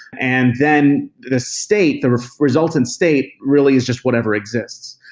and then the state, the results in state really is just whatever exists.